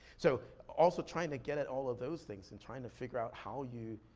so, also trying to get at all of those things and trying to figure out how you